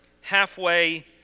halfway